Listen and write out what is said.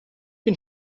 bin